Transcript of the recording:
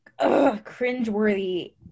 cringeworthy